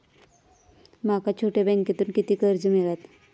माका छोट्या बँकेतून किती कर्ज मिळात?